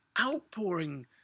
outpouring